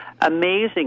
amazing